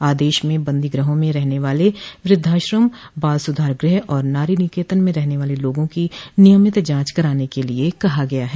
आदेश में बंदीग़हों में रहने वाले वृद्वाश्रम बाल सुधार गृह और नारी निकेतन में रहने वाले लोगों की नियमित जांच कराने के लिये कहा गया है